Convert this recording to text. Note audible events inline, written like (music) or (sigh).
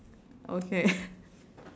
okay (laughs)